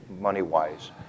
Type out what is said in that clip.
money-wise